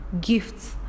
gifts